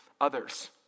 others